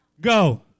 Go